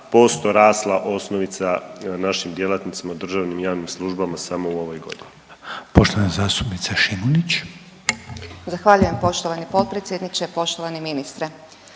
10,32% rasla osnovica našim djelatnicima u državnim i javnim službama samo u ovoj godini.